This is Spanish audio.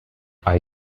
hay